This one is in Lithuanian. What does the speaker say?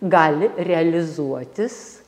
gali realizuotis